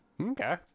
Okay